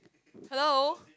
hello